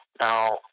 Now